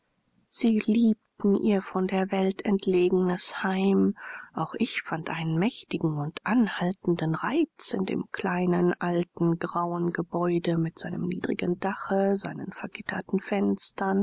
sie liebten ihr von der welt entlegenes heim auch ich fand einen mächtigen und anhaltenden reiz in dem kleinen alten grauen gebäude mit seinem niedrigen dache seinen vergitterten fenstern